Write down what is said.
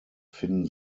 finden